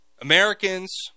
Americans